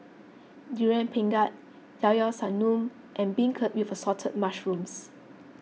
Durian Pengat Llao Llao Sanum and Beancurd Assorted Mushrooms